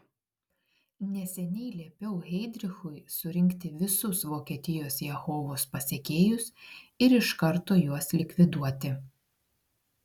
neseniai liepiau heidrichui surinkti visus vokietijos jehovos pasekėjus ir iš karto juos likviduoti